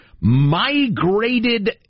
migrated